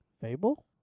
Fable